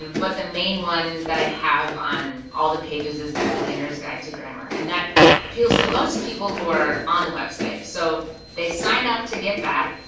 but the main one that i have on all the pages is that beginner's guide to grammar, and that appeals to most people who are on the website. so they sign up to get that,